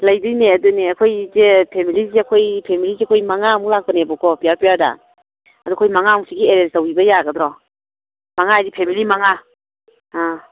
ꯂꯩꯗꯣꯏꯅꯦ ꯑꯗꯨꯅꯦ ꯑꯩꯈꯣꯏꯁꯦ ꯐꯦꯃꯤꯂꯤꯁꯦ ꯑꯩꯈꯣꯏ ꯐꯦꯃꯤꯂꯤꯁꯦ ꯑꯩꯈꯣꯏ ꯃꯉꯥꯃꯨꯛ ꯂꯥꯛꯄꯅꯦꯕꯀꯣ ꯄꯤꯌꯥꯔ ꯄꯤꯌꯥꯔꯗ ꯑꯗꯣ ꯑꯩꯈꯣꯏ ꯃꯉꯥꯃꯨꯛꯁꯤꯒꯤ ꯑꯦꯔꯦꯟꯖ ꯇꯧꯕꯤꯕ ꯌꯥꯒꯗ꯭ꯔꯣ ꯃꯉꯥ ꯍꯥꯏꯗꯤ ꯐꯦꯃꯤꯂꯤ ꯃꯉꯥ ꯑꯥ